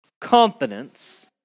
confidence